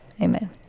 Amen